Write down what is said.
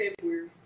february